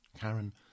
Karen